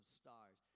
stars